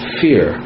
fear